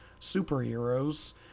superheroes